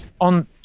on